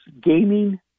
gaming